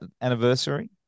anniversary